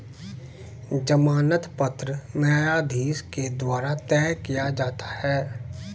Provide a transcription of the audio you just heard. जमानत पत्र न्यायाधीश के द्वारा तय किया जाता है